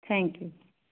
thank you